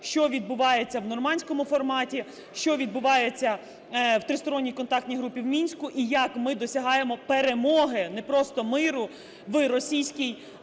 що відбувається в нормандському форматі, що відбувається в тристоронній контактній групі в Мінську і як ми досягаємо перемоги, не просто миру, в російській